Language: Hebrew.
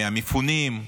מהמפונים,